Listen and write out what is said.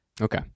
Okay